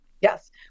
Yes